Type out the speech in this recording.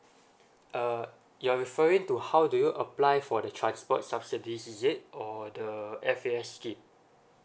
uh you are referring to how do you apply for the transport subsidies is it or the F_A_S scheme